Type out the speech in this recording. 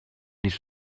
his